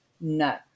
No